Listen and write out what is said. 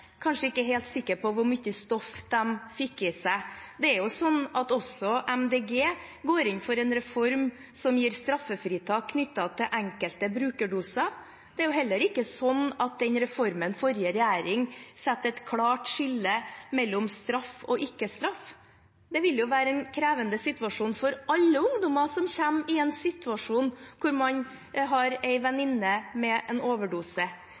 kanskje ikke er helt sikre på hvor mye stoff de fikk i seg. Det er jo sånn at også Miljøpartiet De Grønne går inn for en reform som gir straffritak knyttet til enkelte brukerdoser. Det er heller ikke sånn at reformen fra forrige regjering satte et klart skille mellom straff og ikke straff. Det vil være en krevende situasjon for alle ungdommer som kommer i en situasjon der man har en venninne som har tatt overdose.